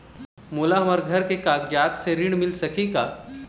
मोला हमर घर के कागजात से ऋण मिल सकही का?